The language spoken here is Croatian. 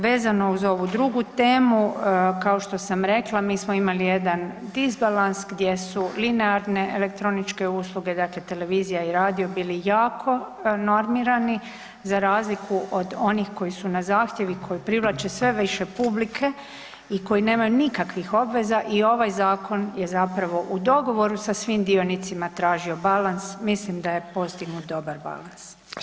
Vezano uz ovu drugu temu kao što sam rekla mi smo imali jedan disbalans gdje su linearne elektroničke usluge, dakle televizija i radio bili jako normirani za razliku od onih koji su na zahtjev i koji privlače sve više publike i koji nemaju nikakvih obveza i ovaj zakon je zapravo u dogovoru sa svim dionicima tražio balans, mislim da je postignut dobar balans.